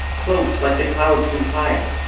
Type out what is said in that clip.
cloaks like the clouds from tyre,